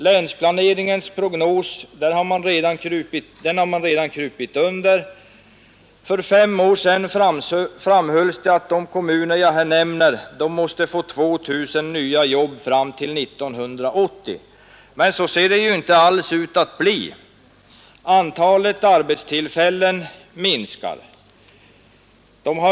Länsplaneringens prognos har man redan krupit under. För fem år sedan framhölls det att de kommuner jag här nämner måste få 2 000 nya jobb fram till 1980. Men så ser det ju inte alls ut att bli. Antalet arbetstillfällen minskar.